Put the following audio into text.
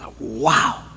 Wow